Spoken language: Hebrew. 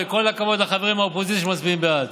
וכל הכבוד לחברים מהאופוזיציה שמצביעים בעד.